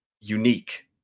unique